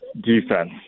defense